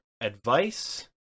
advice